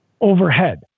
overhead